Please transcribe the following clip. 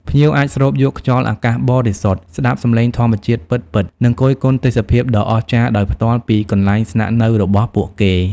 ភ្ញៀវអាចស្រូបយកខ្យល់អាកាសបរិសុទ្ធ ស្តាប់សំឡេងធម្មជាតិពិតៗ និងគយគន់ទេសភាពដ៏អស្ចារ្យដោយផ្ទាល់ពីកន្លែងស្នាក់នៅរបស់ពួកគេ។